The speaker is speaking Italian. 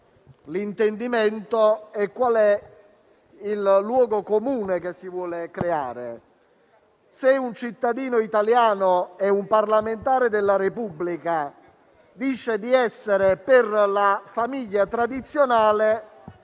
l'intendimento e il luogo comune che si vogliono creare. Se un cittadino italiano o un parlamentare della Repubblica dice di essere per la famiglia tradizionale,